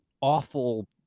awful